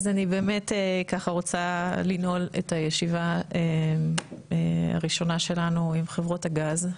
אז אני באמת רוצה לנעול את הישיבה הראשונה שלנו עם חברות הגז.